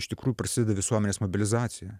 iš tikrųjų prasideda visuomenės mobilizacija